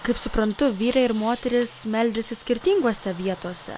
kaip suprantu vyrai ir moterys meldžiasi skirtingose vietose